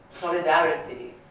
solidarity